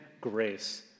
grace